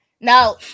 Now